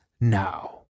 now